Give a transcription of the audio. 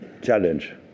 challenge